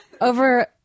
Over